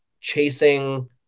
chasing